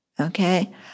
Okay